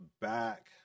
back